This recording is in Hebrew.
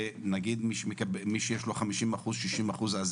מי שיש לו 50 אחוזים או 60 אחוזים נכות,